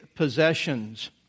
possessions